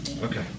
Okay